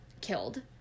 killed